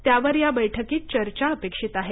त्यावर या बैठकीत चर्चा अपेक्षित आहे